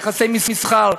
יחסי מסחר,